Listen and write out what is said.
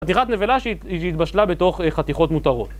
חתיכת נבלה שהתבשלה בתוך חתיכות מותרות